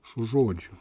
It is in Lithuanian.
su žodžiu